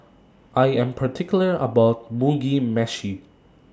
I Am particular about My Mugi Meshi